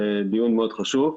דיון מאוד חשוב.